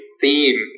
theme